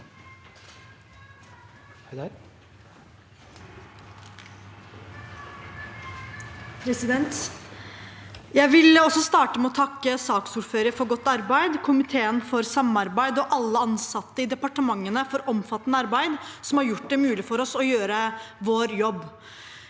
Jeg vil også starte med å takke saksordføreren for godt arbeid, komiteen for samarbeidet og alle ansatte i departementene for et omfattende arbeid som har gjort det mulig for oss å gjøre vår jobb.